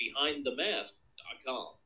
BehindTheMask.com